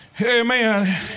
Amen